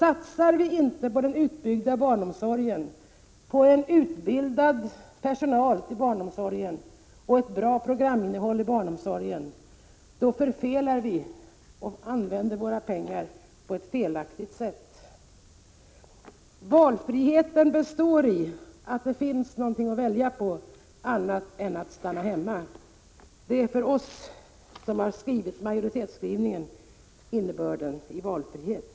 Satsar vi inte på utbyggd barnomsorg, på att 13 maj 1987 utbilda personal i barnomsorgen och ett bra programinnehåll i den, förfelar vi det hela och använder våra pengar på ett felaktigt sätt. Valfrihet består i att det finns något att välja på annat än att stanna hemma. Det är för oss som står bakom majoritetsskrivningen innebörden i ordet valfrihet.